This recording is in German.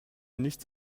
nichts